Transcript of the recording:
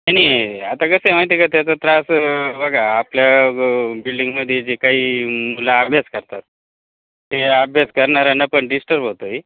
नाही आता कसं आहे माहिती आहे का त्याचा त्रास बघा आपल्या बिल्डिंगमध्ये जे काही मुलं अभ्यास करतात ते अभ्यास करणाऱ्यांना पण डिस्टर्ब होतो आहे